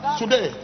today